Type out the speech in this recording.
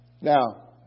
Now